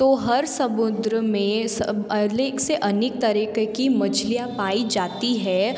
तो हर समुद्र में सब अनेक से अनेक तरीक़े की मछलियाँ पाई जाती है